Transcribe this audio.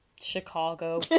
Chicago